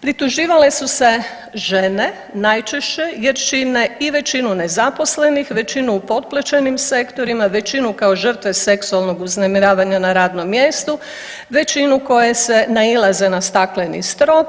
Prituživale su se žene najčešće jer čine i većinu nezaposlenih, većinu u potplaćenim sektorima, većinu kao žrtve seksualnog uznemiravanja na radnom mjestu, većinu koje se nailaze na stakleni strop,